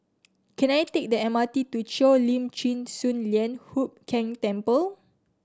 can I take the M R T to Cheo Lim Chin Sun Lian Hup Keng Temple